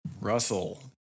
Russell